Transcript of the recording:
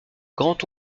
grand